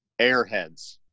Airheads